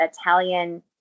Italian